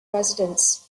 residents